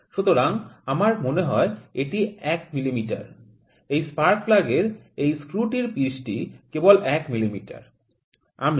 সুতরাং আমার মনে হয় এটি ১ মিমি এই স্পার্ক প্লাগ এর এই স্ক্রুটির পিচটি কেবল ১ মিমি